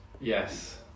Yes